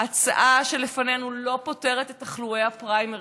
ההצעה שלפנינו לא פותרת את תחלואי הפריימריז,